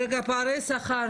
פערי שכר